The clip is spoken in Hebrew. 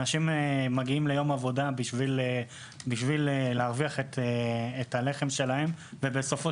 אנשים מגיעים ליום עבודה בשביל להרוויח את לחמם ובסופו